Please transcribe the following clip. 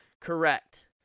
Correct